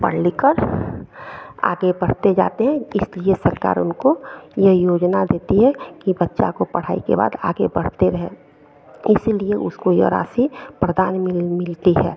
पढ़ लिखकर आगे पढ़ते जाते हैं इसलिए सरकार उनको यह योजना देती है कि बच्चे को पढ़ाई के बाद आगे बढ़ते रहें इसलिए उसको यह राशि प्रदान मिल मिलती है